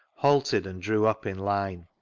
halted, and drew up in line.